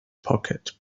pocket